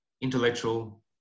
intellectual